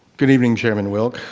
good evening chairman wilk,